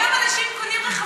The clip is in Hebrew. היום אנשים קונים רכבים,